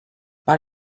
but